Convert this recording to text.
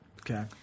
okay